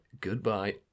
goodbye